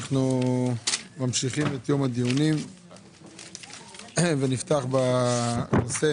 אנחנו ממשיכים את יום הדיונים ונפתח בנושא